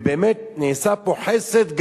ובאמת נעשה פה חסד גדול,